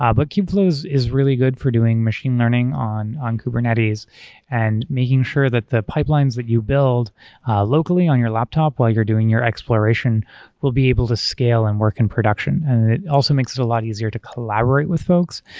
ah but kubeflow is is really good for doing machine learning on on kubernetes and making sure that the pipelines that you build locally on your laptop while you're doing your exploration will be able to scale and work in production, and it also makes it a lot easier to collaborate with folks,